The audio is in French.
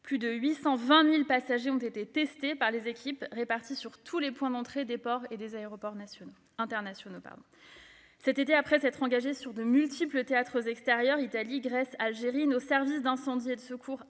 Plus de 820 000 passagers ont été testés par les équipes réparties sur tous les points d'entrée des ports et aéroports internationaux. Cet été, après s'être engagés sur de multiples théâtres extérieurs- Italie, Grèce, Algérie -, nos services d'incendie et de secours,